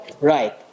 Right